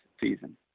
season